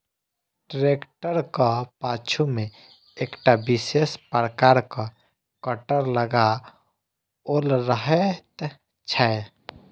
ट्रेक्टरक पाछू मे एकटा विशेष प्रकारक कटर लगाओल रहैत छै